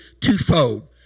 twofold